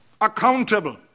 accountable